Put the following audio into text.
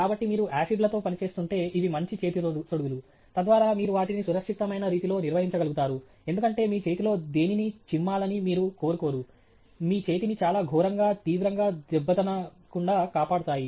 కాబట్టి మీరు ఆసిడ్ లతో పనిచేస్తుంటే ఇవి మంచి చేతి తొడుగులు తద్వారా మీరు వాటిని సురక్షితమైన రీతిలో నిర్వహించగలుగుతారు ఎందుకంటే మీ చేతిలో దేనినీ చిమ్మాలని మీరు కోరుకోరు మీ చేతిని చాలా ఘోరంగా తీవ్రంగా దెబ్బతన కుండా కాపాడతాయి